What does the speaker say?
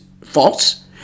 false